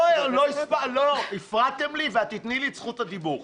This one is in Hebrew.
לא, הפרעתם לי ואת תיתני לי את זכות הדיבור.